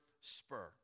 spur